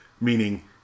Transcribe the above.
meaning